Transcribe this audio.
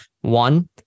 One